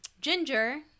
Ginger